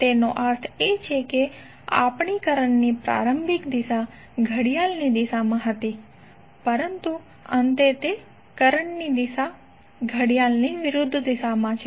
તેનો અર્થ એ કે આપણી કરંટ ની પ્રારંભિક દિશા ઘડિયાળની દિશામાં હતી પરંતુ અંતે કરંટની દિશા ઘડિયાળની વિરુધ્ધ દિશામાં છે